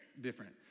different